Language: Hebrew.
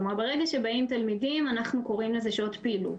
ברגע שבאים תלמידים אנחנו קוראים לזה שעות פעילות.